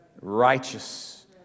righteous